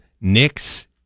Knicks